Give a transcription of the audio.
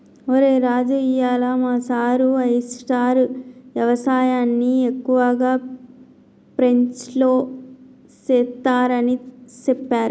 ఒరై రాజు ఇయ్యాల మా సారు ఆయిస్టార్ యవసాయన్ని ఎక్కువగా ఫ్రెంచ్లో సెస్తారని సెప్పారు